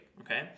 okay